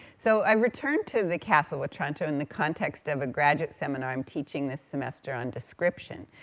so i return to the castle of otranto in the context of a graduate seminar i'm teaching this semester on description,